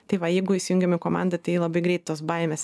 tai va jeigu įsijungiam į komandą tai labai greit tos baimės